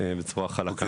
דקות.